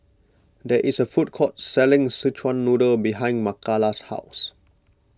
there is a food court selling Szechuan Noodle behind Makala's house